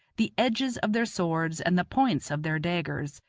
the edges of their swords and the points of their daggers,